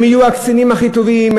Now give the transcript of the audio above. הם יהיו הקצינים הכי טובים,